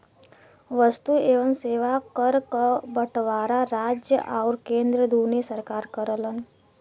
वस्तु एवं सेवा कर क बंटवारा राज्य आउर केंद्र दूने सरकार करलन